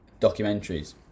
documentaries